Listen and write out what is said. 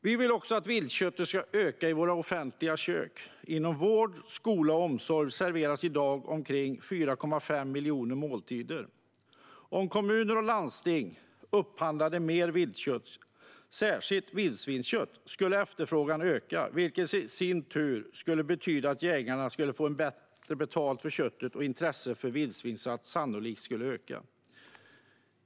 Vi vill också att viltköttet ska öka i våra offentliga kök. Inom vård, skola och omsorg serveras i dag omkring 4,5 miljoner måltider. Om kommuner och landsting upphandlade mer viltkött, särskilt vildsvinskött, skulle efterfrågan öka, vilket i sin tur skulle betyda att jägarna kan få bättre betalt för köttet och att intresset för vildsvinsjakt sannolikt skulle öka.